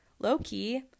low-key